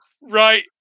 right